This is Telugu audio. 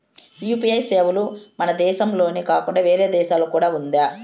యు.పి.ఐ సేవలు మన దేశం దేశంలోనే కాకుండా వేరే దేశాల్లో కూడా ఉందా?